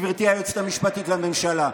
גברתי היועצת המשפטית לממשלה,